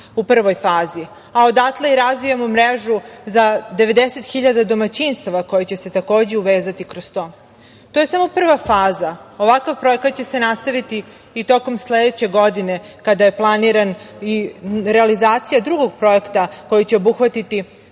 u prvoj fazi, a odatle i razvijamo mrežu za 90.000 domaćinstava koje će se takođe uvezati kroz to. To je samo prva faza. Ovakav projekat će se nastaviti i tokom sledeće godine, kada je planirana i realizacija i drugog projekta koji će obuhvatiti